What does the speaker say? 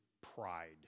pride